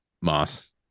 Moss